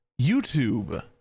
YouTube